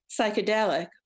psychedelic